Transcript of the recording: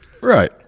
Right